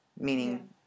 Meaning